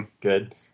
good